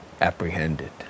apprehended